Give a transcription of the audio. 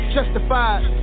Justified